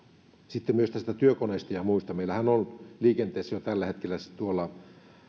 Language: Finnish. sitten myös näistä työkoneista ja muista meillähän on liikenteessä jo tällä hetkellä